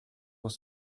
was